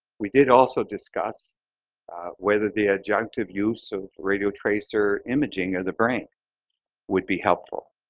we did also discuss whether the adjunctive use of radio tracer imaging of the brain would be helpful.